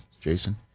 Jason